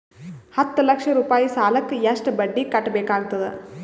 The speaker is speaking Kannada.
ಹತ್ತ ಲಕ್ಷ ರೂಪಾಯಿ ಸಾಲಕ್ಕ ಎಷ್ಟ ಬಡ್ಡಿ ಕಟ್ಟಬೇಕಾಗತದ?